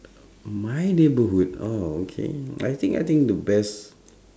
my neighbourhood oh okay I think I think the best